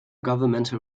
governmental